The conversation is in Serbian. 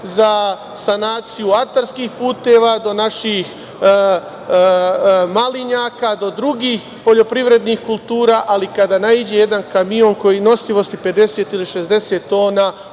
za sanaciju atarskih puteva do naših malinjaka, do drugih poljoprivrednih kultura, ali kada naiđe jedan kamion koji je nosivosti 50 ili 60 tona